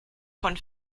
von